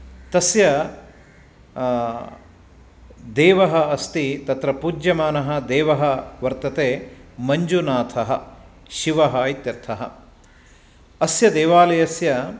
तस्य देवः अस्ति तत्र पूज्यमानः देवः वर्तते मञ्जुनाथः शिवः इत्यर्थः अस्य देवालयस्य